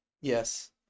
yes